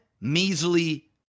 measly